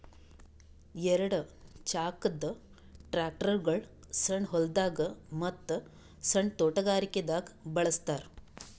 ಎರಡ ಚಾಕದ್ ಟ್ರ್ಯಾಕ್ಟರ್ಗೊಳ್ ಸಣ್ಣ್ ಹೊಲ್ದಾಗ ಮತ್ತ್ ಸಣ್ಣ್ ತೊಟಗಾರಿಕೆ ದಾಗ್ ಬಳಸ್ತಾರ್